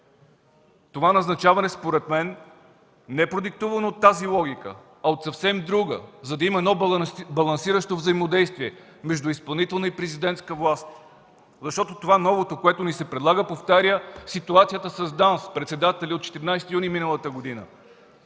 Това назначаване, според мен, не е продиктувано от тази логика, а от съвсем друга – за да има едно балансиращо взаимодействие между изпълнителна и президентска власт. Защото това – новото, което ни се предлага, повтаря ситуацията с председателя на ДАНС, от 14 юни миналата година.